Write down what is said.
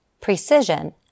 precision